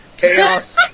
Chaos